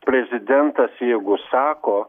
prezidentas jeigu sako